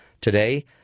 Today